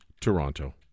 Toronto